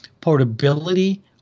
portability